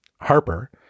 Harper